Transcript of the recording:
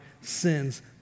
sins